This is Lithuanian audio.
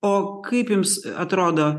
o kaip jums atrodo